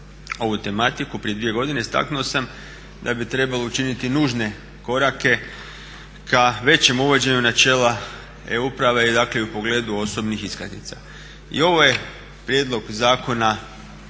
ovu tematiku prije dvije godine istaknuo sam da bi trebalo učiniti nužne korake ka većem uvođenju načela e-uprave dakle i u pogledu osobnih iskaznica. I ovaj je prijedlog zakona